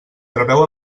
preveu